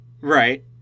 Right